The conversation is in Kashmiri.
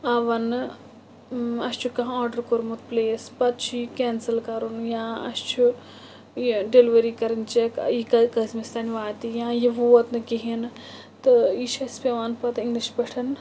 آو وَنٛنہٕ اَسہِ چھُ کانٛہہ آرڈَر کوٚرمُت پٕلیس پَتہٕ چھُ یہِ کٮ۪نسَل کَرُن یا اَسہِ چھُ یہِ ڈیٚلؤری کَرٕنۍ چَک یہِ کٕژمِس تام واتہِ یا یہِ ووت نہٕ کِہیٖنۍ نہٕ تہٕ یہِ چھِ اَسہِ پٮ۪وان پَتہٕ اِنٛگلِش پٲٹھۍ